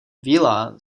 vila